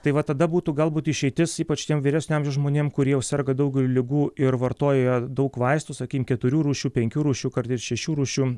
tai va tada būtų galbūt išeitis ypač tiem vyresnio amžiaus žmonėm kurie serga daug ligų ir vartoja daug vaistų sakykim keturių rūšių penkių rūšių kartais ir šešių rūšių